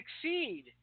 succeed